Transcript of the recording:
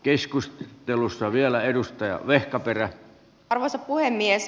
keskus telussa vielä edustaja vehkaperä arvoisa puhemies